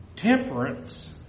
Temperance